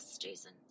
Jason